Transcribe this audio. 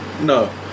No